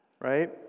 right